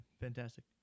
fantastic